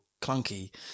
clunky